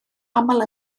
aml